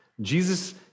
Jesus